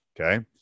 okay